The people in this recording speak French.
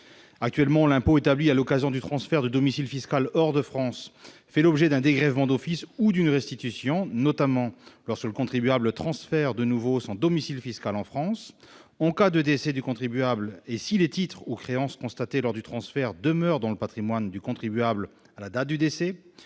ce jour, l'impôt établi à l'occasion du transfert du domicile fiscal hors de France fait l'objet d'un dégrèvement d'office ou d'une restitution. C'est notamment possible lorsque le contribuable transfère de nouveau son domicile fiscal en France, ou en cas de décès du contribuable et si les titres ou créances constatés lors du transfert demeurent dans le patrimoine du contribuable à la date du décès,